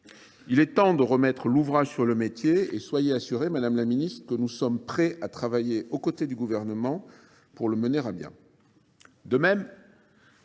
Il est temps de remettre l’ouvrage sur le métier et soyez assurée, madame la ministre, que nous sommes prêts à travailler aux côtés du Gouvernement pour mener à bien ce